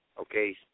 okay